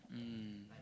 mm